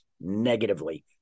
negatively